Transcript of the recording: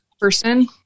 person